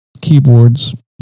keyboards